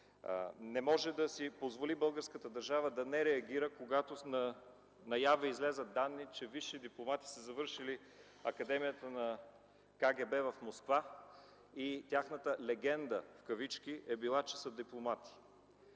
не може да си позволи да не реагира, когато наяве излязат данни, че висши дипломати са завършили Академията на КГБ в Москва и тяхната „легенда” е била, че са дипломати.